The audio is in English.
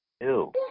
Ew